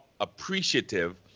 appreciative